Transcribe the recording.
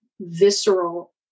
visceral